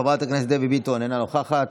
חברת הכנסת דבי ביטון, אינה נוכחת,